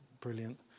brilliant